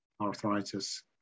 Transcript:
arthritis